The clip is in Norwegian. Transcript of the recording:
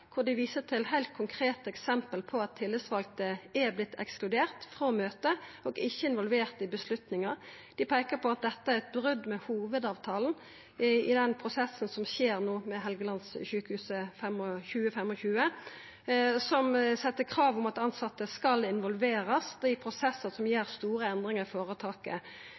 dei viser til heilt konkrete eksempel på at tillitsvalde har vorte ekskluderte frå møte og ikkje er involverte i avgjerder. Dei peikar på at dette er eit brot med hovudavtalen for den prosessen som no skjer framover med Helgelandssykehuset 2025, som set krav om at tilsette skal involverast i prosessar som gjer store endringar i føretaket.